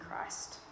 Christ